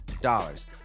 dollars